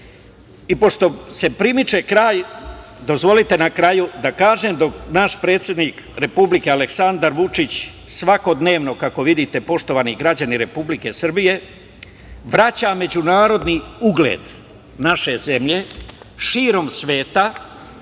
Srbije. Pošto se primiče kraj, dozvolite na kraju da kažem da dok naš predsednik Republike Aleksandar Vučić svakodnevno, kako vidite, poštovani građani Republike Srbije, vraća međunarodni ugled naše zemlje širom sveta,